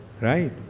right